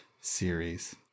series